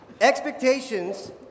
expectations